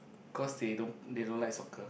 cause they don't they don't like soccer